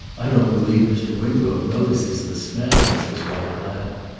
i don't believe mr. wingrove notices the smells, his wife laughed.